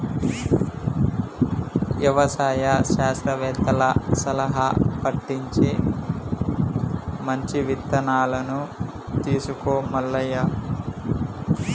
యవసాయ శాస్త్రవేత్తల సలహా పటించి మంచి ఇత్తనాలను తీసుకో మల్లయ్య